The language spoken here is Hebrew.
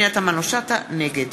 נגד